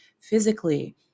physically